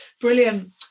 brilliant